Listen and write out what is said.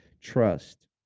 trust